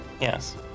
Yes